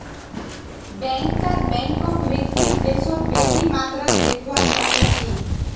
banker बैंकक विकसित देशत बेसी मात्रात देखवा सके छै